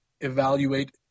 evaluate